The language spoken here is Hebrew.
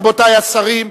רבותי השרים,